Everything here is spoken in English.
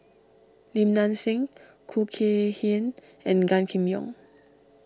Lim Nang Seng Khoo Kay Hian and Gan Kim Yong